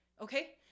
okay